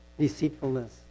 deceitfulness